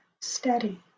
steady